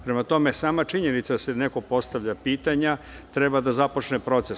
Prema tome, sama činjenica da se postavljaju pitanja treba da započne proces.